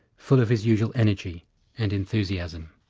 full of his usual energy and enthusiasm.